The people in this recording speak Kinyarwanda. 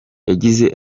yagize